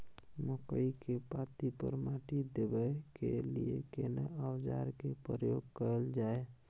मकई के पाँति पर माटी देबै के लिए केना औजार के प्रयोग कैल जाय?